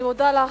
אני מודה לך.